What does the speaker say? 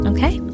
Okay